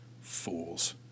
Fools